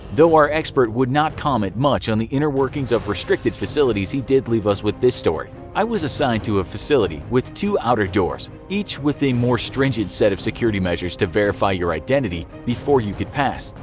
though our expert would not comment much on the inner workings of restricted facilities, he did leave us with this story i was assigned to a facility with two outer doors, each with a more stringent set of security measures to verify your identity before you could pass.